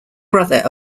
brother